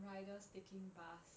riders taking bus